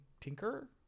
Tinker